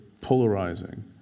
polarizing